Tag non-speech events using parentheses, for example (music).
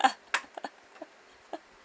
(laughs)